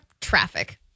traffic